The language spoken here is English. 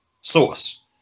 source